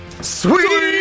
Sweet